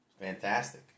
Fantastic